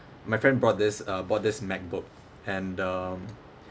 my friend bought this uh bought this macbook and um